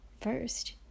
first